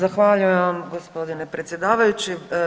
Zahvaljujem vam gospodine predsjedavajući.